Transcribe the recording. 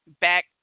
back